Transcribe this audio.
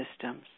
systems